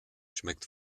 schmeckt